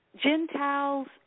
Gentiles